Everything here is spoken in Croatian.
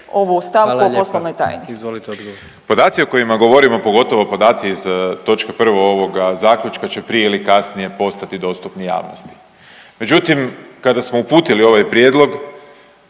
Izvolite odgovor. **Grbin, Peđa (SDP)** Podaci o kojima govorimo pogotovo podaci iz točke 1. ovoga zaključka će prije ili kasnije postati dostupni javnosti, međutim kada smo uputili ovaj prijedlog